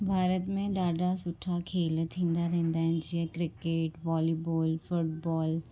भारत में ॾाढा सुठा खेल थींदा रहंदा आहिनि जीअं क्रिकेट वॉलीबॉल फुटबॉल